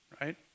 right